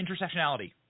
intersectionality